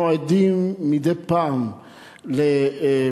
אנחנו עדים מדי פעם לפגיעה